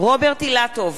רוברט אילטוב,